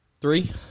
three